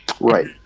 Right